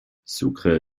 sucre